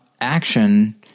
action